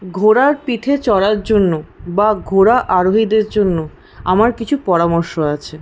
ঘোড়ার পিঠে চড়ার জন্য বা ঘোড়া আরোহীদের জন্য আমার কিছু পরামর্শ আছে